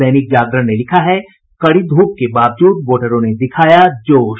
दैनिक जागरण ने लिखा है कड़ी धूप के बावजूद वोटरों ने दिखाया जोश